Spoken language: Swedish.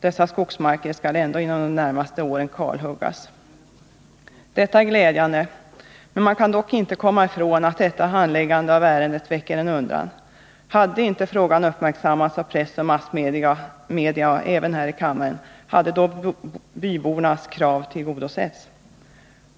Dessa skogsmarker skall ändå inom de närmaste åren kalhuggas. Denna överenskommelse är glädjande, men man kan dock inte komma ifrån att handläggandet av ärendet väcker undran. Hade frågan inte uppmärksammats av press och massmedia, och även här i kammaren, skulle då bybornas krav ha tillgodosetts?